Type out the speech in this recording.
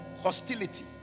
hostility